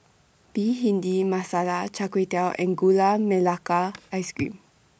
Bhindi Masala Char Kway Teow and Gula Melaka Ice Cream